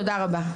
תודה רבה.